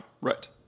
Right